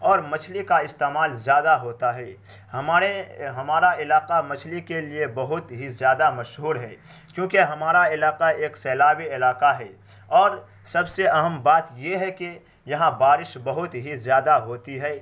اور مچھلی کا استعمال زیادہ ہوتا ہے ہمارے ہمارا علاقہ مچھلی کے لیے بہت ہی زیادہ مشہور ہے کیونکہ ہمارا علاقہ ایک سیلابی علاقہ ہے اور سب سے اہم بات یہ ہے کہ یہاں بارش بہت ہی زیادہ ہوتی ہے